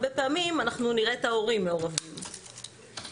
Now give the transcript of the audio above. הרבה פעמים נראה את ההורים מעורבים ופונים,